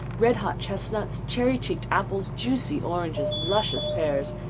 red-hot chestnuts, cherry-cheeked apples, juicy oranges, luscious pears,